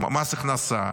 מס הכנסה